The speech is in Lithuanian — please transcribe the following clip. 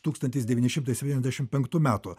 tūkstantis devyni šimtai septyniasdešimt penktų metų